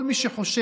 כל מי שחושב,